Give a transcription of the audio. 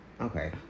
Okay